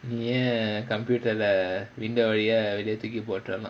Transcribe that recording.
நீயே:neeyae computer leh window வழியா வெளிய தூக்கி போட்டர்லாம்:valiyaa veliya thooki pottarlaam